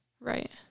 Right